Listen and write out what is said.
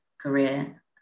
career